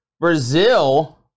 Brazil